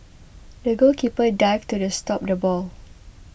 the goalkeeper dived to stop the ball